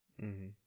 mmhmm